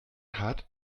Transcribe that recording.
hat